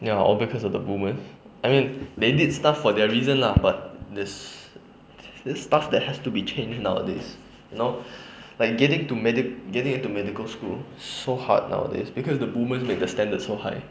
ya all because of the boomers I mean they did stuff for their reason ah but there's there's stuff that have to be changed nowadays you know like getting to medic~ getting into medical school so hard nowadays because of the boomers they make the standards so high